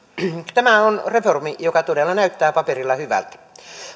tämä on reformi joka todella näyttää paperilla hyvältä